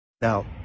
Now